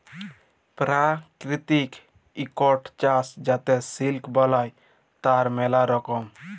পেরাকিতিক ইকট চাস যাতে সিলিক বালাই, তার ম্যালা রকম